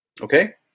Okay